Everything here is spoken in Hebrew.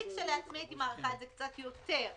אני כשלעצמי הייתי מאריכה את זה קצת יותר,